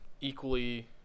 equally